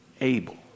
able